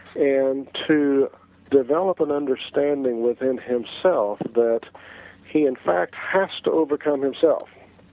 and to develop an understanding within himself that he in fact has to overcome himself,